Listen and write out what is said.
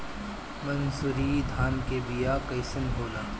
मनसुरी धान के बिया कईसन होला?